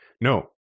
no